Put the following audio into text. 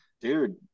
Dude